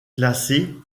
classé